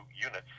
units